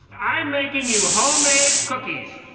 i'm making you homemade cookies.